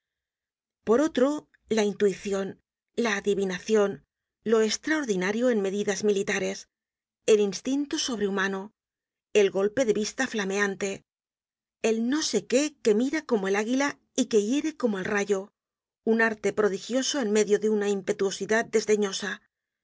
por otro la intuicion la adivinacion lo estraordinario en medidas militares el instinto sobrehumano el golpe de vista flameante el no sé qué que mira como el águila y que hiere como el rayo un arte prodigioso en medio de una